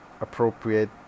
appropriate